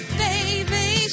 baby